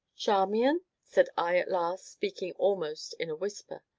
charmian? said i at last, speaking almost in a whisper.